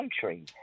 country